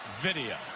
video